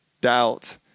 doubt